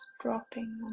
dropping